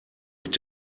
mit